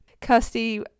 Kirsty